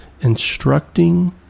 instructing